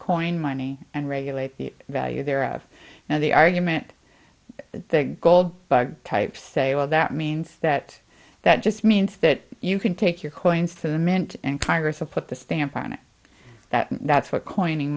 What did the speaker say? coin money and regulate the value there as now the argument the gold bug types a well that means that that just means that you can take your claims to the meant and congress to put the stamp on it that that's what coining